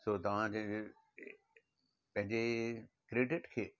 सो तव्हांजे पंहिंजे क्रेडिट खे